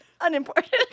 Unimportant